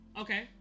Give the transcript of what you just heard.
Okay